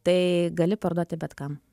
tai gali parduoti bet kam